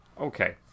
Okay